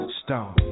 stone